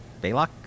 Baylock